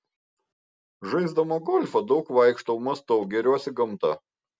žaisdama golfą daug vaikštau mąstau gėriuosi gamta